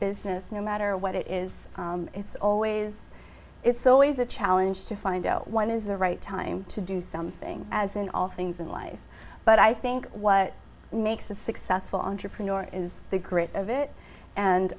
business no matter what it is it's always it's always a challenge to find out what is the right time to do something as in all things in life but i think what makes a successful entrepreneur is the grit of it and